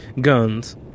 guns